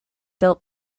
built